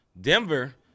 Denver